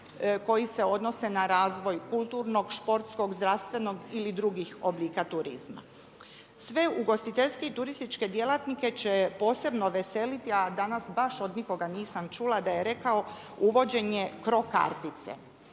koji se odnose na razvoj kulturnog, športskog, zdravstvenog ili drugih oblika turizma. Sve ugostiteljske i turističke djelatnike će posebno veseliti, a danas baš od nikoga nisam čula da je rekao uvođenje CRO kartice.